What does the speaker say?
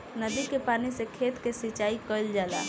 नदी के पानी से खेत के सिंचाई कईल जाला